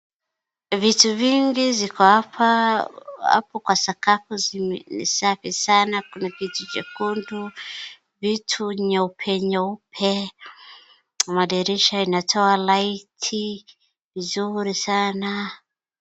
Vitu vingi ziko hapa hapo kwa sakafu zime, ni safi sana kuna kitu chekundu, vitu nyeupenyeupe madirisha inatoa light vizuri sana.